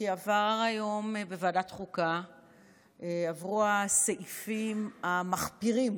כי היום בוועדת החוקה עברו הסעיפים המחפירים